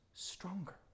stronger